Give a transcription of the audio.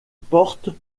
portent